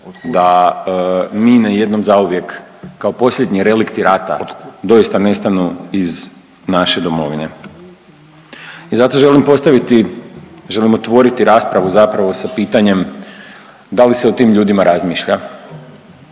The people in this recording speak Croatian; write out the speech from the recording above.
da mi na jednom zauvijek kao posljednji relikti rata doista nestanu iz naše domovine. I zato želim postaviti, želim otvoriti raspravu zapravo sa pitanjem da li se o tim ljudima razmišlja?